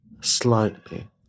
slightly